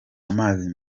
amazi